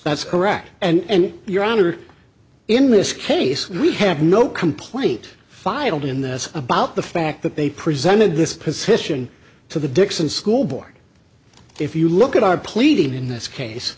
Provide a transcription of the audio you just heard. that's correct and your honor in this case we have no complete filed in this about the fact that they presented this position to the dixon school board if you look at our pleading in this case